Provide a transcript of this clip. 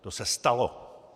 To se stalo.